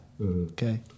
Okay